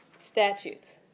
Statutes